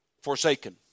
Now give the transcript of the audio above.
forsaken